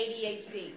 adhd